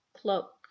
cloak